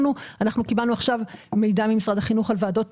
קיבלנו עכשיו מידע ממשרד החינוך על ועדות